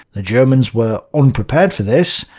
the germans were unprepared for this,